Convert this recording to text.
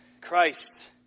Christ